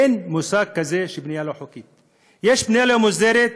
אין מושג כזה "בנייה לא חוקית"; יש בנייה לא מוסדרת,